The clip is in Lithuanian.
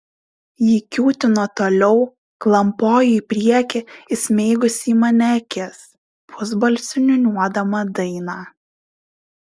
ji kiūtino toliau klampojo į priekį įsmeigusi į mane akis pusbalsiu niūniuodama dainą